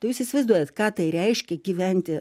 tai jūs įsivaizduojat ką tai reiškia gyventi